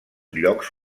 llocs